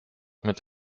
mit